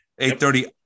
830